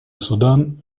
судан